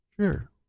Sure